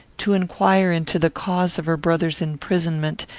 to inquire into the cause of her brother's imprisonment,